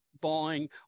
buying